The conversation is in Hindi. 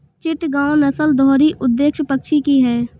चिटगांव नस्ल दोहरी उद्देश्य पक्षी की है